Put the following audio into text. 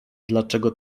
dlaczego